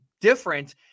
different